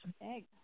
Eggs